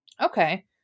Okay